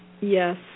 Yes